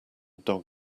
dog